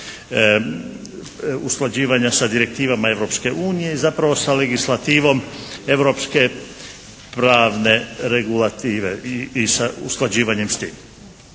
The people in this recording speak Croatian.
usklađivanja sa direktivama Europske unije i zapravo sa legislativom europske pravne regulative i sa usklađivanje s tim.